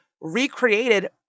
recreated